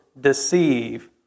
deceive